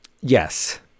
Yes